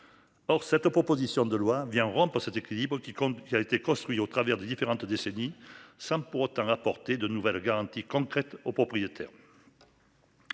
Or cette proposition de loi vient rompre cet équilibre qui compte. Il a été construit au travers des différentes décennies sans pour autant apporter de nouvelles garanties concrètes aux propriétaires.